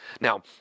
Now